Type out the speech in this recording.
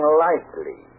lightly